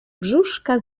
brzuszka